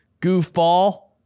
Goofball